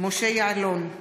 משה יעלון,